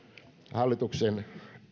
hallituksen